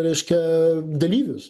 reiškia dalyvius